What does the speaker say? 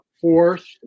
fourth